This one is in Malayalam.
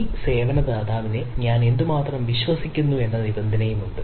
ഈ സേവന ദാതാവിനെ ഞാൻ എത്രമാത്രം വിശ്വസിക്കുന്നു എന്ന നിബന്ധനയുണ്ട്